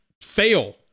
fail